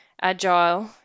agile